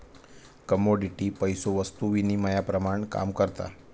commodity पैसो वस्तु विनिमयाप्रमाण काम करता